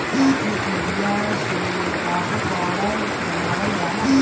काफी के बिया से काफी पाउडर बनावल जाला